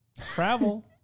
travel